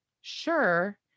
Sure